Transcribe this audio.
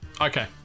Okay